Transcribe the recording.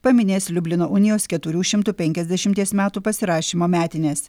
paminės liublino unijos keturių šimtų penkiasdešimties metų pasirašymo metines